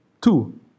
Two